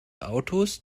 autos